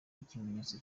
ikimenyetso